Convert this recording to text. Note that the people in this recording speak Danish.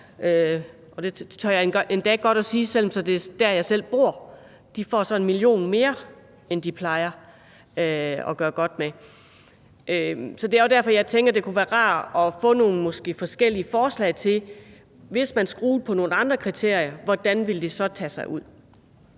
det tør jeg endda sige, selv om det er der, jeg selv bor – 1 mio. kr. mere at gøre godt med, end de plejer at få. Det er også derfor, at det kunne være rart at få nogle forskellige forslag, for jeg tænker, at hvis man skruede på nogle andre kriterier, hvordan ville det så tage sig ud?